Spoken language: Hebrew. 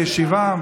בישיבה,